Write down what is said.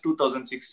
2016